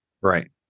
right